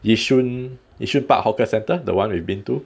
yishun yishun park hawker centre the one we've been to